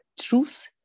truth